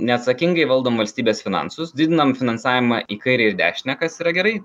neatsakingai valdom valstybės finansus didinam finansavimą į kairę ir į dešinę kas yra gerai